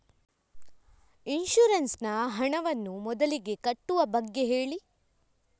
insurance ನ ಹಣವನ್ನು ಮೊದಲಿಗೆ ಕಟ್ಟುವ ಬಗ್ಗೆ ಹೇಳಿ